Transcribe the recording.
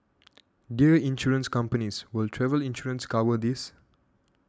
dear Insurance companies will travel insurance cover this